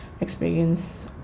experience